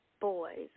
Boys